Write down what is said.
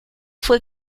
fue